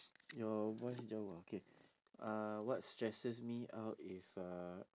your voice drop ah okay uh what stresses me out if uh